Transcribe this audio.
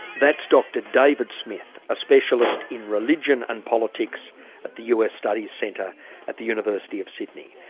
that's dr david smith a specialist in religion and politics at the us study centre at the university of sydney.